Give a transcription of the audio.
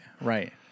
right